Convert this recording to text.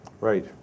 Right